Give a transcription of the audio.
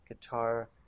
guitar